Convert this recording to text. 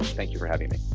thank you for having me.